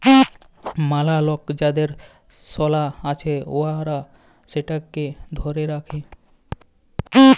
ম্যালা লক যাদের সলা আছে উয়ারা সেটকে ধ্যইরে রাখে